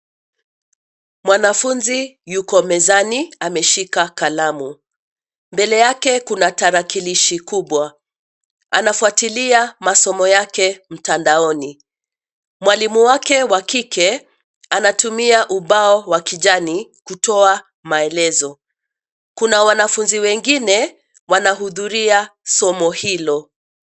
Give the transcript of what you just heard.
Mwanafunzi yuko mezani, ameshika kalamu. Mbele yake kuna tarakilishi kubwa, anafuatilia masomo yake mtandaoni. Mwalimu wake wa kike anatumia ubao wa kijani kutoa maelezo, una wanafunzi wengine wanahudhuria somo hilo.